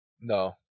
No